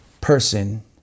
person